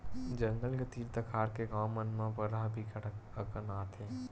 जंगल के तीर तखार के गाँव मन म बरहा बिकट अकन आथे